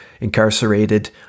incarcerated